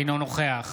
אינו נוכח